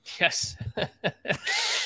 Yes